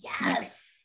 yes